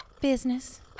Business